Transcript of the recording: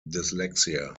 dyslexia